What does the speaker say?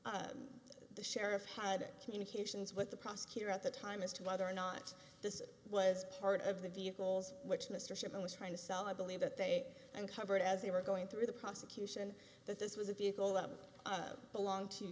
released the sheriff had a communications with the prosecutor at the time as to whether or not this was part of the vehicles which mr shipman was trying to sell i believe that they uncovered as they were going through the prosecution that this was a vehicle that belonged to